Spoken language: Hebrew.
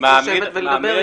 של כולנו,